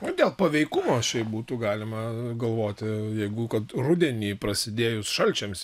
dėl paveikumo šiaip būtų galima galvoti jeigu kad rudenį prasidėjus šalčiams